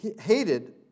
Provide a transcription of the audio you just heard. hated